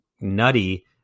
nutty